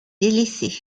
délaissé